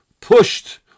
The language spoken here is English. pushed